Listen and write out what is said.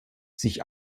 sich